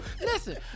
Listen